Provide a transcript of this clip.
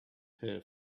her